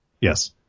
Yes